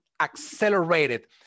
accelerated